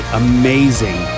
amazing